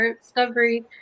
discovery